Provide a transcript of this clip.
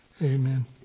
Amen